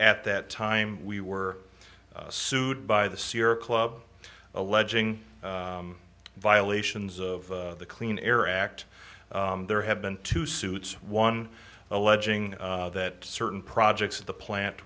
at that time we were sued by the sierra club alleging violations of the clean air act there have been two suits one alleging that certain projects at the plant